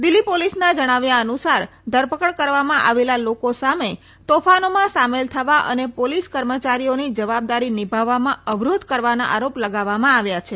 દિલ્ફી પોલીસના જણાવ્યા અનુસાર ધરપકડ કરવામાં આવેલા લોકો સામે તોફાનોમાં સામેલ થવા અને પોલીસ કર્મચારીઓની જવાબદારી નિભાવવામાં અવરોધ કરવાના આરોપ લગાવવામાં આવ્યા છે